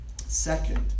Second